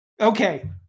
Okay